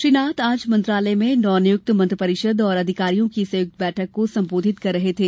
श्री नाथ आज मंत्रालय में नवनियुक्त मंत्रि परिषद और अधिकारियों की संयुक्त बैठक को संबोधित कर रहे थे